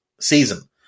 season